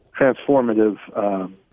transformative